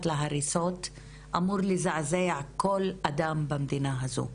להריסות אמור לזעזע כל אדם במדינה הזו,